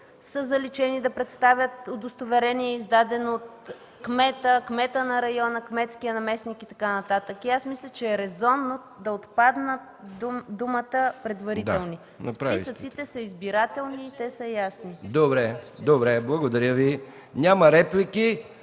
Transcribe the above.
ден да представят удостоверение издадено от кмета, кмета на района, кметския наместник и така нататък. Аз мисля, че е резонно да отпадне думата „предварителни”. Списъците са избирателни и те са ясни. ПРЕДСЕДАТЕЛ МИХАИЛ МИКОВ: Добре. Благодаря Ви. Няма реплики.